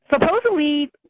supposedly